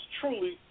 truly